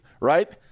Right